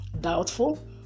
doubtful